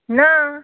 ना